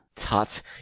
Tut